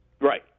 Right